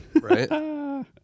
right